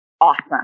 awesome